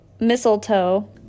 mistletoe